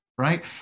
Right